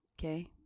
okay